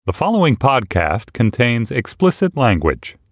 the following podcast contains explicit language